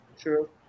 True